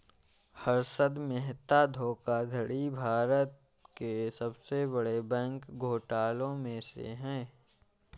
हर्षद मेहता धोखाधड़ी भारत के सबसे बड़े बैंक घोटालों में से है